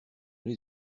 dans